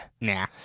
Nah